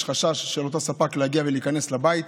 יש חשש של אותו ספק להגיע ולהיכנס לבית